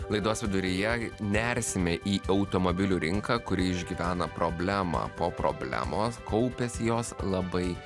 laidos viduryje nersime į automobilių rinką kuri išgyvena problemą po problemos kaupiasi jos labai